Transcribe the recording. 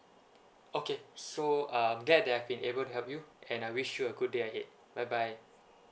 okay so um glad that I've been able to help you and I wish you a good day ahead bye bye